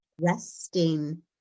Resting